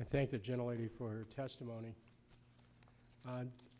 i thank the general a for testimony